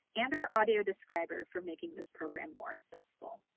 and our audio describer for making this program more accessible.